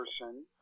person